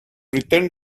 return